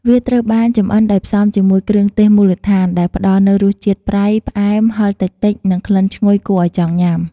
វាត្រូវបានចម្អិនដោយផ្សំជាមួយ គ្រឿងទេសមូលដ្ឋាន ដែលផ្តល់នូវរសជាតិ ប្រៃ ផ្អែម ហឹរតិចៗ និង ក្លិនឈ្ងុយ គួរឲ្យចង់ញ៉ាំ។